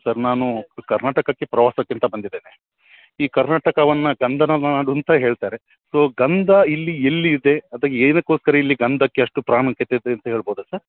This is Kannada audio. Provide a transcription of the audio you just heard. ಸರ್ ನಾನು ಕರ್ನಾಟಕಕ್ಕೆ ಪ್ರವಾಸಕ್ಕೆಂತ ಬಂದಿದ್ದೇನೆ ಈ ಕರ್ನಾಟಕವನ್ನು ಚಂದನದ ನಾಡು ಅಂತ ಹೇಳ್ತಾರೆ ಸೊ ಗಂಧ ಇಲ್ಲಿ ಎಲ್ಲಿದೆ ಅದು ಏನಕ್ಕೋಸ್ಕರ ಇಲ್ಲಿ ಗಂಧಕ್ಕೆ ಅಷ್ಟು ಪ್ರಾಮುಖ್ಯತೆ ಇದೆ ಅಂತ ಹೇಳ್ಬೋದಾ ಸರ್